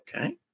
Okay